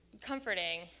comforting